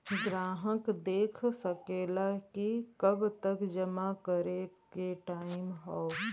ग्राहक देख सकेला कि कब तक जमा करे के टाइम हौ